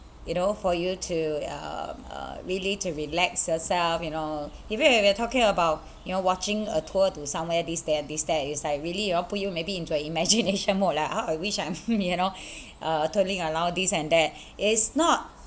you know for you to uh uh really to relax yourself you know even if you're talking about you know watching a tour to somewhere these there and these that it's like really you know put you maybe into a imagination mode lah ah which I'm you know uh around these and that it's not